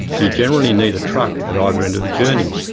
you generally need a truck at either end of the journey,